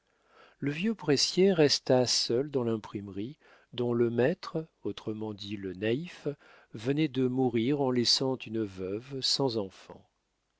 le vieux pressier resta seul dans l'imprimerie dont le maître autrement dit le naïf venait de mourir en laissant une veuve sans enfants